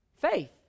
Faith